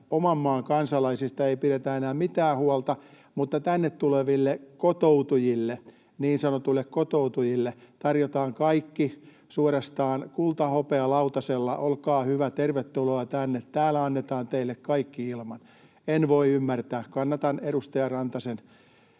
oman maan kansalaisista ei pidetä enää mitään huolta mutta tänne tuleville niin sanotuille kotoutujille tarjotaan kaikki suorastaan kulta- ja hopealautasella: olkaa hyvä, tervetuloa tänne, täällä annetaan teille kaikki ilman. En voi ymmärtää. Kannatan edustaja Rantasen